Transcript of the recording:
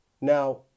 Now